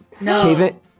No